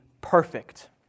perfect